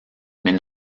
mais